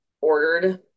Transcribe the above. ordered